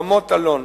רמות-אלון,